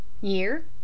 Year